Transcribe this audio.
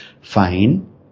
fine